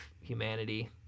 humanity